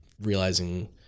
realizing